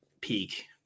peak